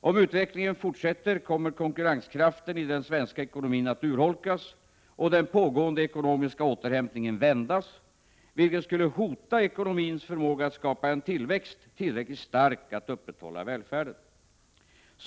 Om utvecklingen fortsätter, kommer konkurrenskraften i den svenska ekonomin att urholkas och den pågående ekonomiska återhämtningen att vändas, vilket skulle hota ekonomins förmåga att skapa en tillväxt, tillräckligt stark att upprätthålla välfärden.